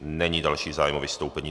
Není další zájem o vystoupení.